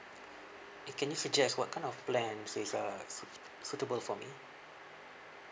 eh can you suggest what kind of plans is uh s~ suitable for me